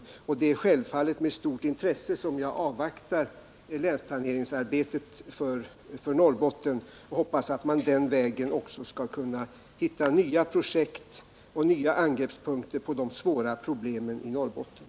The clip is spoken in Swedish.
Självfallet avvaktar jag med stort intresse resultatet av länsplaneringsarbetet i Norrbotten. Jag hoppas att man den vägen också skall hitta nya projekt och nya angreppspunkter när det gäller de svåra problemen i Norrbotten.